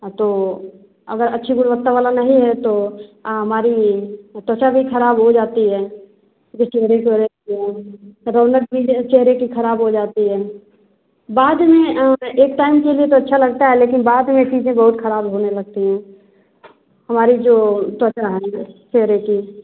हाँ तो अगर अच्छी गुणवत्ता वाला नहीं है तो हमारी त्वचा भी खराब हो जाती है क्यूँकि चेहरे की वजह से रौनक भी चेहरे की खराब हो जाती हैं बाद में एक टाइम के लिए तो अच्छा लगता है लेकिन बाद में चीजें बहुत खराब होने लगती हैं हमारी जो त्वचा है चेहरे की